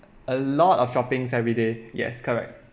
a lot of shoppings everyday yes correct